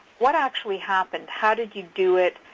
what actually happened? how did you do it?